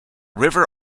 river